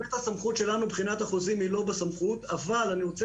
מבחינת החוזים זה לא בסמכות שלנו, אבל אני רוצה